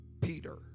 Peter